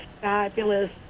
fabulous